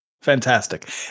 fantastic